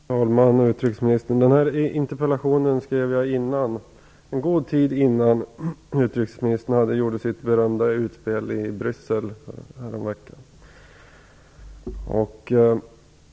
Fru talman! Utrikesministern! Den här interpellationen skrev jag en god tid innan utrikesministern gjorde sitt berömda utspel i Bryssel häromveckan.